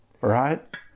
Right